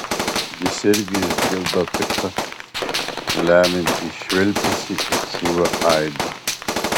jis irgi išgirdo pikta lemiantį švilpesį ir šūvio aidą